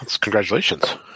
Congratulations